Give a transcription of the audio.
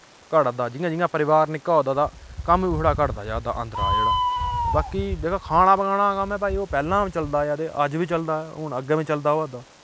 घटा दा जि'यां जि'यां परिवार निक्का होआ दा तां कम्म बी थोह्ड़ा घटदा जा दा अंदरा जेह्ड़ा ते बाकी जेह्ड़ा खाना पकाना दा कम्म ऐ भाई ओह् पैह्ला चलादा आया ते अज्ज बी चलदा ऐ हून अग्गें बी चलदा आवा दा